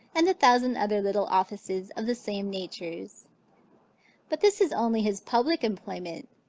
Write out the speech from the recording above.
and a thousand other little offices of the same natures but this is only his public employment,